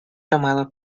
tomado